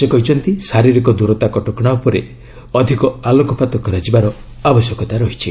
ସେ କହିଛନ୍ତି ଶାରୀରିକ ଦୂରତା କଟକଣା ଉପରେ ଅଧିକ ଆଲୋକପାତ କରାଯିବାର ଆବଶ୍ୟକତା ରହିଛି